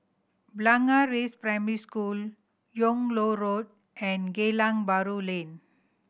Blangah Rise Primary School Yung Loh Road and Geylang Bahru Lane